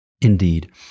Indeed